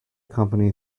company